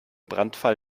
brandfall